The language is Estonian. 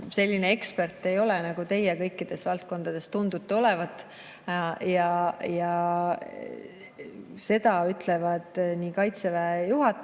selline ekspert ei ole, nagu teie kõikides valdkondades tundute olevat. Seda ütleb ka Kaitseväe juhataja,